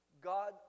God